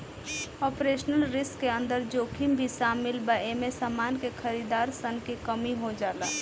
operational risk के अंदर जोखिम भी शामिल बा एमे समान के खरीदार सन के कमी हो जाला